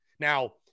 Now